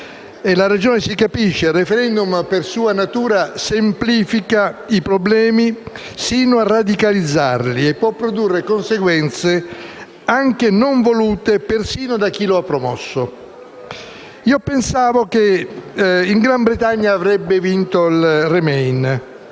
la ragione si capisce: il *referendum*, per sua natura, semplifica i problemi sino a radicalizzarli e può produrre conseguenze anche non volute persino da chi lo ha promosso. Pensavo che nel Regno Unito avrebbe vinto il *remain*